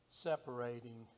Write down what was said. separating